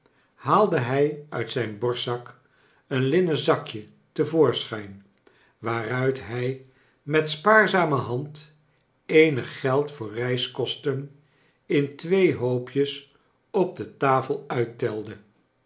haalde hij uit zijn borstzak een linn en zakje te vooxschijn waaruit hij met spaarzame hand eenig geld voor reiskosten in twee hoopjes op de tafel uittelde